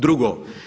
Drugo.